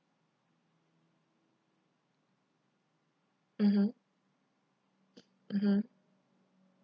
mmhmm mmhmm